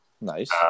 nice